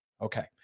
Okay